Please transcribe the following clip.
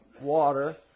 water